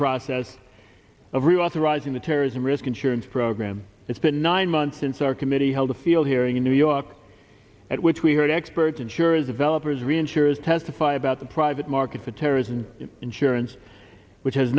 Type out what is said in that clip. process of reauthorizing the terrorism risk insurance program it's been nine months since our committee held a field hearing in new york at which we heard experts insurance developers reinsurers testify about the private market for terrorism insurance which has